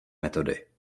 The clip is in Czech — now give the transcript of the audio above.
metody